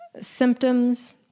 Symptoms